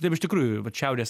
taip iš tikrųjų vat šiaurės